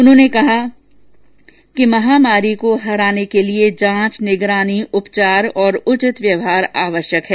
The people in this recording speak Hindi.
उन्होंने कहा कि महामारी को हराने के लिए जांच निगरानी उपचार और उचित व्यवहार आवश्यक है